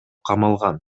камалган